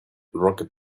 rocket